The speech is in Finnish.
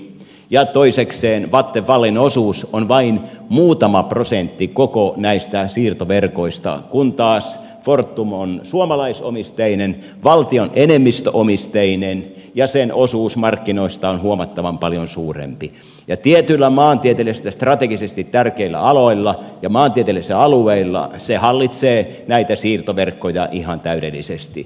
ja toisekseen vattenfallin osuus on vain muutama prosentti koko näistä siirtoverkoista kun taas fortum on suomalaisomisteinen valtionenemmistöomisteinen ja sen osuus markkinoista on huomattavan paljon suurempi ja tietyillä maantieteellisesti ja strategisesti tärkeillä aloilla ja maantieteellisillä alueilla se hallitsee näitä siirtoverkkoja ihan täydellisesti